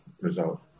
result